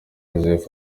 joseph